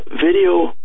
video